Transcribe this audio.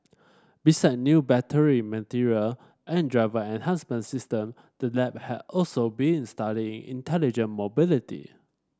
besides new battery materials and driver enhancement system the lab has also been studying intelligent mobility